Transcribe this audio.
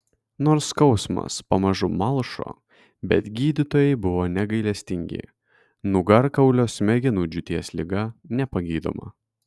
nors skausmas pamažu malšo bet gydytojai buvo negailestingi nugarkaulio smegenų džiūties liga nepagydoma